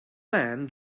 man